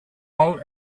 all